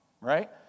right